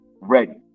ready